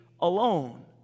alone